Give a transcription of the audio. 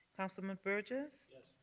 councilman burgess. yes.